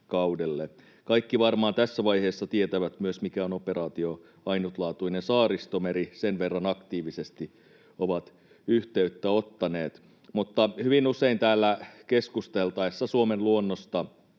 Kaikki varmaan tässä vaiheessa tietävät myös, mikä on operaatio Ainutlaatuinen Saaristomeri, sen verran aktiivisesti ovat yhteyttä ottaneet. Mutta kun hyvin usein täällä keskusteltaessa Suomen luonnosta